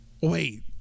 Wait